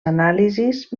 anàlisis